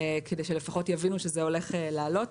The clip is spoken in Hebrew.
כדי שלפחות יבינו שזה הולך לעלות.